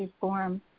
form